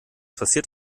passiert